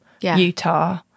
Utah